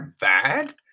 bad